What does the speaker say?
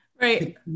Right